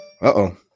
Uh-oh